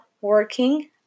working